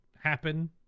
happen